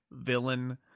Villain